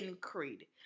Creed